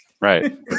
Right